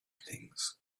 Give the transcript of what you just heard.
things